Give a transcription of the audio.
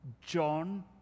John